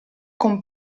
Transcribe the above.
con